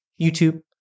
YouTube